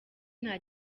nta